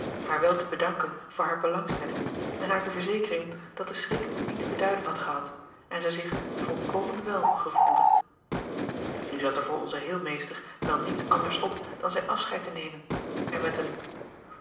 haar wel te bedanken voor haar belangstelling en haar te verzekeren dat de schrik niet te beduiden had gehad en zij zich volkomen wel gevoelde u zat er voor onzen heelmeester wel niets anders op dan zijn afscheid te nemen en met een